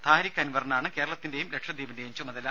താരിഖ് അൻവറിനാണ് കേരളത്തിന്റെയും ലക്ഷദ്വീപിന്റെയും ചുമതല